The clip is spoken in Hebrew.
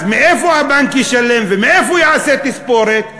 אז מאיפה הבנק ישלם ומאיפה יעשה תספורת?